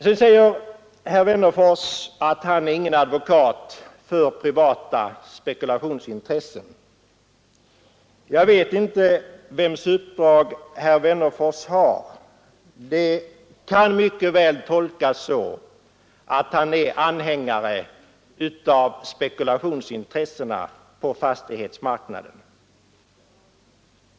Så säger herr Wennerfors att han är ingen advokat för privata spekulationsintressen. Jag vet inte vems uppdrag herr Wennerfors har, men hans uttalanden kan mycket väl tolkas så att han är anhängare av spekulationsintressena på fastighetsmarknaden.